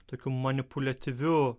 tokiu manipuliatyviu